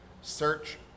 search